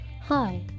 Hi